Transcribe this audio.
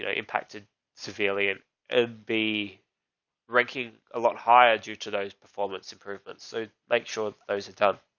ah impacted severely and ah be ranking a lot higher due to those performance improvements. so make sure those are done.